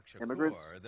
immigrants